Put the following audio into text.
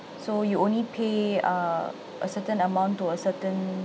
so you only pay err a certain amount to a certain